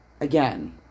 again